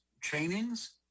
trainings